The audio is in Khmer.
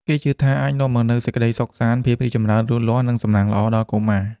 គេជឿថាអាចនាំមកនូវសេចក្តីសុខសាន្ត ភាពចម្រើនលូតលាស់ និងសំណាងល្អដល់កុមារ។